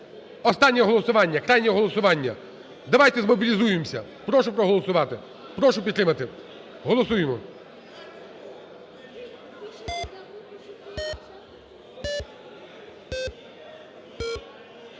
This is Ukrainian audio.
Останнє голосування, крайнє голосування. Давайте змобілізуємося. Прошу проголосувати, прошу підтримати. Голосуємо!